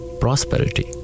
prosperity